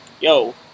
yo